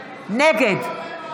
שנת צוהריים.